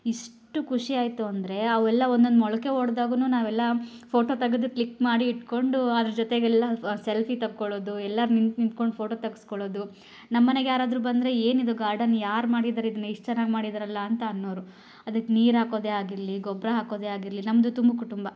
ಎಷ್ಟು ಖುಷಿ ಆಯಿತು ಅಂದರೆ ಅವೆಲ್ಲ ಒನ್ನೊಂದು ಮೊಳಕೆ ಹೊಡ್ದಾಗುನು ನಾವೆಲ್ಲ ಫೋಟೋ ತೆಗೆದು ಕ್ಲಿಕ್ ಮಾಡಿ ಇಟ್ಕೊಂಡು ಅದ್ರ ಜೊತೆಗೆಲ್ಲ ಸೆಲ್ಫಿ ತಗೊಳ್ಳೋದು ಎಲ್ಲರ ನಿಂತು ನಿಂತ್ಕೊಂಡು ಫೋಟೋ ತೆಗ್ಸ್ಕೊಳ್ಳೋದು ನಮ್ಮನೆಗೆ ಯಾರಾದರೂ ಬಂದರೆ ಏನಿದು ಗಾರ್ಡನ್ ಯಾರು ಮಾಡಿದ್ದಾರೆ ಇದನ್ನು ಇಷ್ಟು ಚೆನ್ನಾಗಿ ಮಾಡಿದ್ದಾರಲ್ಲ ಅಂತ ಅನ್ನೋರು ಅದಕ್ಕೆ ನೀರು ಹಾಕೋದೆ ಆಗಿರಲಿ ಗೊಬ್ಬರ ಹಾಕೋದೆ ಆಗಿರಲಿ ನಮ್ಮದು ತುಂಬು ಕುಟುಂಬ